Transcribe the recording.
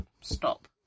stop